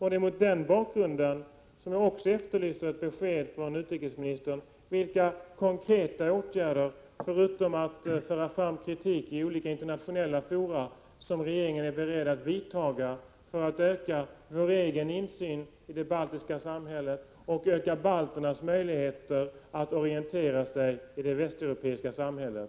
Det är mot den bakgrunden som jag också efterlyser ett besked från utrikesministern om vilka konkreta åtgärder — förutom att föra fram kritik i internationella fora — som regeringen är beredd att vidta för att öka vår egen insyn i det baltiska samhället och balternas möjligheter att orientera sig i det västeuropeiska samhället.